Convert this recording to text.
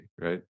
right